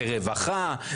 זה רווחה,